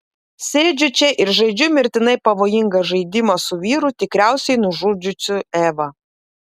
sėdžiu čia ir žaidžiu mirtinai pavojingą žaidimą su vyru tikriausiai nužudžiusiu evą